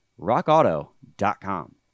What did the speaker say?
RockAuto.com